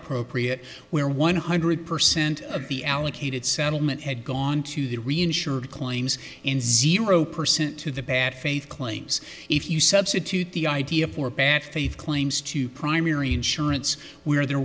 appropriate where one hundred percent of the allocated settlement had gone to the reinsured claims in zero percent to the bad faith claims if you substitute the idea for bad faith claims to primary insurance where the